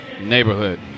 neighborhood